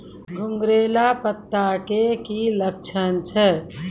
घुंगरीला पत्ता के की लक्छण छै?